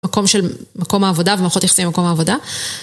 מקום של..מקום העבודה ומערכות יחסים במקום העבודה.